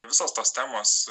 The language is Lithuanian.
visos tos temos